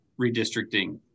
redistricting